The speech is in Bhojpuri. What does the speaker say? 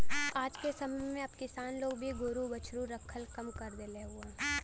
आजके समय में अब किसान लोग भी गोरु बछरू रखल कम कर देहले हउव